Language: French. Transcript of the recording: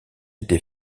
été